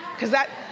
cause that,